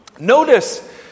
Notice